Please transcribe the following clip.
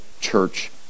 church